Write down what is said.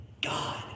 God